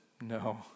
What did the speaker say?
no